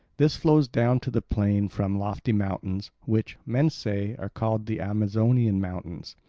this flows down to the plain from lofty mountains, which, men say, are called the amazonian mountains.